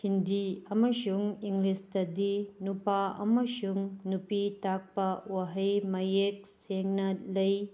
ꯍꯤꯟꯗꯤ ꯑꯃꯁꯨꯡ ꯏꯪꯂꯤꯁꯇꯗꯤ ꯅꯨꯄꯥ ꯑꯃꯁꯨꯡ ꯅꯨꯄꯤ ꯇꯥꯛꯄ ꯋꯥꯍꯩ ꯃꯌꯦꯛ ꯁꯦꯡꯅ ꯂꯩ